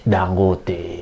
Dangote